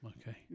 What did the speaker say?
Okay